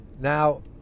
now